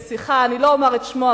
אני לא אומר את שמו,